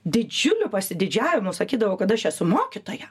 didžiuliu pasididžiavimu sakydavau kad aš esu mokytoja